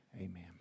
Amen